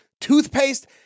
toothpaste